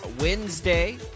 Wednesday